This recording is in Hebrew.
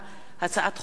לקריאה ראשונה,